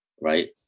right